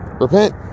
Repent